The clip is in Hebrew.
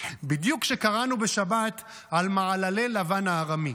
בדיוק כשקראנו בשבת על מעללי לבן הארמי.